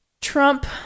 Trump